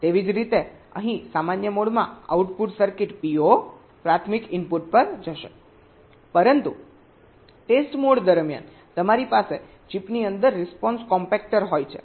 તેવી જ રીતે અહીં સામાન્ય મોડમાં આઉટપુટ સર્કિટ PO પ્રાથમિક ઇનપુટ્સ પર જશે પરંતુ ટેસ્ટ મોડ દરમિયાન તમારી પાસે ચીપની અંદર રિસ્પોન્સ કોમ્પેક્ટર હોય છે